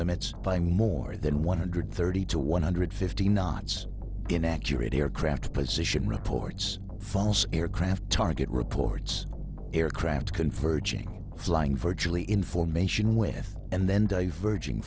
limits by more than one hundred thirty to one hundred fifty knots inaccurate aircraft position reports false aircraft target reports aircraft converging flying virtually information with and then diverging